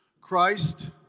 Christ